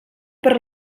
per